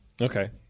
Okay